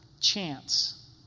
chance